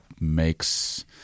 makes